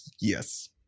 yes